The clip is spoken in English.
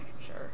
sure